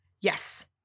Yes